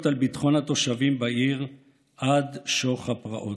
על ביטחון התושבים בעיר עד שוך הפרעות.